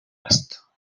است